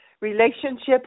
Relationships